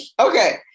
Okay